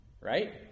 Right